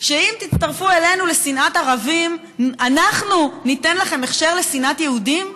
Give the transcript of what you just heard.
שאם תצטרפו אלינו לשנאת ערבים אנחנו ניתן לכם הכשר לשנאת יהודים?